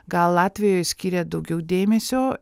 gal latvijoj skiria daugiau dėmesio